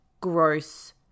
gross